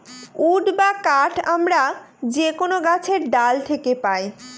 would বা কাঠ আমরা যে কোনো গাছের ডাল থাকে পাই